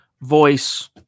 voice